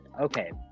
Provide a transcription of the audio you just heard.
Okay